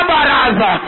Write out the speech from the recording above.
Baraza